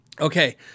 Okay